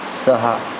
सहा